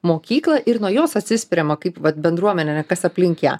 mokykla ir nuo jos atsispiriama kaip vat bendruomenė ane kas aplink ją